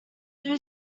there